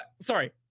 sorry